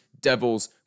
Devils